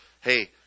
hey